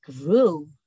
grew